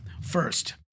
First